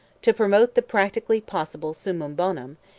to promote the practically possible summum bonum,